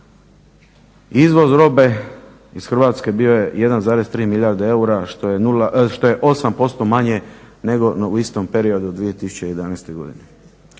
izvoz robe iz Hrvatske bio je 1,3 milijarde eura što je 8% manje nego u istom periodu 2011. godine.